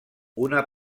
una